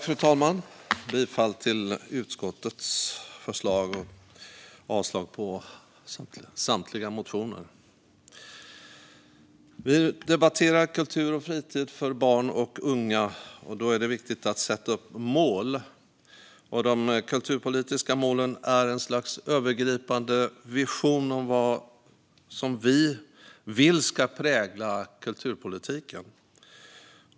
Fru talman! Jag yrkar bifall till utskottets förslag till beslut och avslag på samtliga motioner. Vi debatterar kultur och fritid för barn och unga. Då är det viktigt att sätta upp mål. De kulturpolitiska målen är ett slags övergripande vision av vad vi vill ska prägla kulturpolitiken.